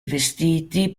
vestiti